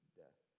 death